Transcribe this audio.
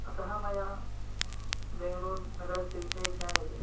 अतः मया बेङ्गलूर् नगरस्य विषये ज्ञायते